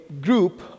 group